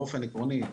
באופן עקרוני,